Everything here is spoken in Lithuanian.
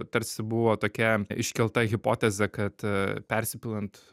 tarsi buvo tokia iškelta hipotezė kad persipilant